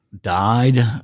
died